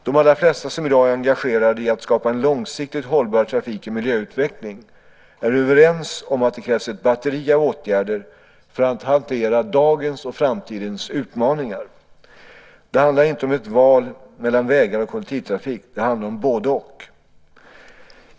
De allra flesta som i dag är engagerade i att skapa en långsiktigt hållbar trafik och miljöutveckling är överens om att det krävs ett batteri av åtgärder för att hantera dagens och framtidens utmaningar. Det handlar inte om ett val mellan vägar och kollektivtrafik. Det handlar om både-och.